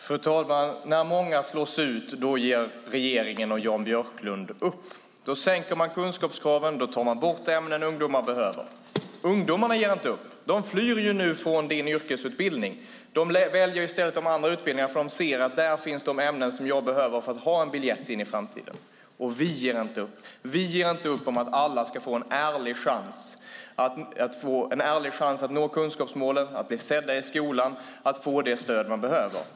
Fru talman! När många slås ut ger regeringen och Jan Björklund upp. Då sänker man kunskapskraven och tar bort ämnen ungdomarna behöver. Ungdomarna ger inte upp. De flyr nu från din yrkesutbildning, Jan Björklund. De väljer i stället de andra utbildningarna, för de ser att där finns de ämnen de behöver för att ha en biljett in i framtiden. Vi ger inte heller upp. Vi ger inte upp om att alla ska få en ärlig chans att nå kunskapsmålen, bli sedda i skolan och få det stöd de behöver.